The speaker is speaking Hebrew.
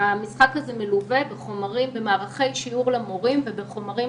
המשחק הזה מלווה במערכי שיעור למורים ובחומרים